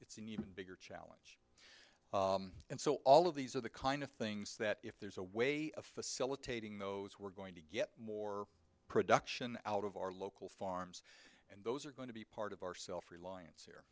it's an even bigger choice and so all of these are the kind of things that if there's a way of facilitating those we're going to get more production out of our local farms and those are going to be part of our self reliance here